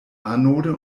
anode